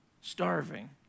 starving